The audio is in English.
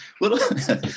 little